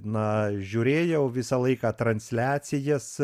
na žiūrėjau visą laiką transliacijas